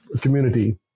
community